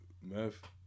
meth